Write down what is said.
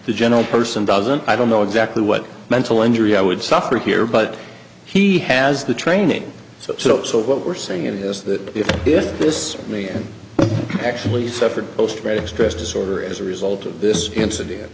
the general person doesn't i don't know exactly what mental injury i would suffer here but he has the training so so what we're saying is that if this me and actually separate post their stress disorder as a result of this incident